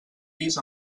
pis